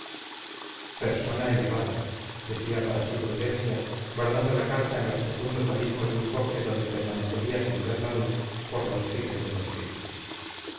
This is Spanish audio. persona elevada decía para sí prudencia guardando la carta en los profundos abismos de un cofre donde permanecería sin ver la luz por los siglos de los siglos